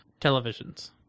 televisions